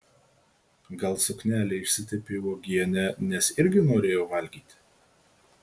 gal suknelė išsitepė uogiene nes irgi norėjo valgyti